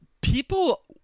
people